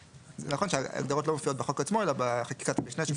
נכון שההגדרות לא מופיעות בחוק עצמו אלא בחקיקת המשנה.